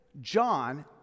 John